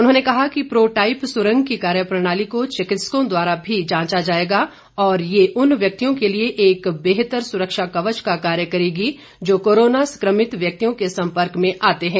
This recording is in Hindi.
उन्होंने कहा कि प्रो टाईप सुरंग की कार्य प्रणाली को चिकित्सकों द्वारा भी जांचा जाएगा और ये उन व्यक्तियों के लिए एक बेहतर सुरक्षा क्वच का कार्य करेगी जो कोरोना संक्रमित व्यक्ति के सम्पर्क में आते हैं